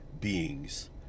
beings